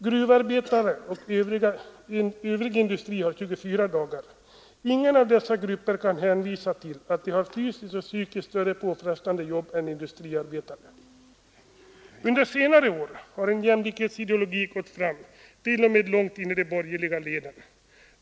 Gruvarbetare och övrig industri har 24 dagar. Ingen av dessa grupper kan hänvisa att de har fysiskt och psykiskt större påfrestande jobb än industriarbetarna. ——— Under senare år har en jämlikhetsideologi gått fram t.o.m. långt in i de borgerliga leden.